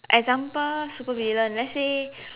example supervillain let's say